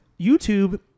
YouTube